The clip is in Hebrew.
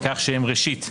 בכך שהם: ראשית,